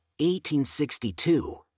1862